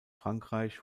frankreich